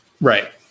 Right